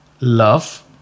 love